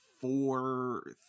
four